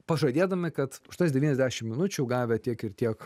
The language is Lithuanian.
pažadėdami kad už tas devyniasdešim minučių gavę tiek ir tiek